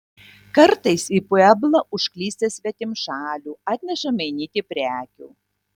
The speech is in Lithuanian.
kartais į pueblą užklysta svetimšalių atneša mainyti prekių